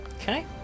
Okay